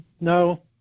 no